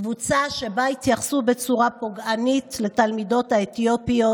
קבוצה שבה התייחסו בצורה פוגענית לתלמידות האתיופיות,